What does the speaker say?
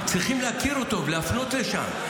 צריכים להכיר אותו ולהפנות לשם.